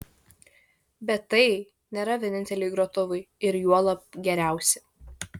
bet tai nėra vieninteliai grotuvai ir juolab geriausi